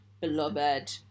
Beloved